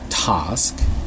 Task